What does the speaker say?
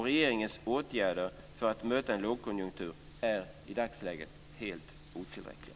Regeringens åtgärder för att möta en lågkonjunktur är i dagsläget helt otillräckliga.